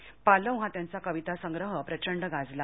पालव हा त्यांचा कवितासंग्रह प्रचंड गाजला